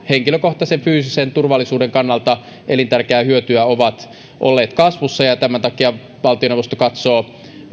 henkilökohtaisen fyysisen turvallisuuden kannalta elintärkeää hyötyä ovat olleet kasvussa ja tämän takia valtioneuvosto todella katsoo